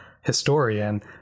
historian